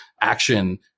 action